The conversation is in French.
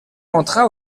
entra